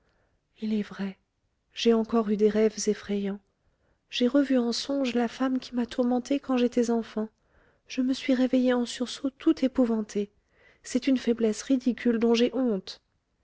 il est vrai j'ai encore eu des rêves effrayants j'ai revu en songe la femme qui m'a tourmentée quand j'étais enfant je me suis réveillée en sursaut tout épouvantée c'est une faiblesse ridicule dont j'ai honte